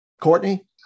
Courtney